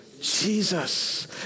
Jesus